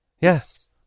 Yes